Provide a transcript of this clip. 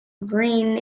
green